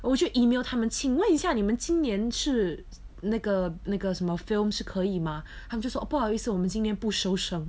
我就 email 他们请问一下你们今年是那个那个什么 films 是可以吗他们就说不好意思我们今年不收生